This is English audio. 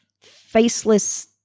faceless